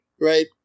right